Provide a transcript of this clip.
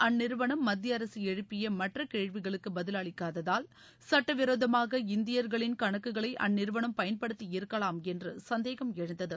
அந்நிறுவனம் மத்திய அரசு எழுப்பிய மற்றகேள்விகளுக்ககுபதிலளிக்காததால் சட்டவிரோதமாக இந்தியர்களின் கணக்குகளைஅந்நிறுவனம் பயன்படுத்தி இருக்கலாம் என்றுசந்தேகம் எழுந்தது